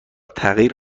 تغییر